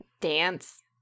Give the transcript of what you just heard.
dance